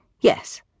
yes